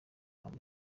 amb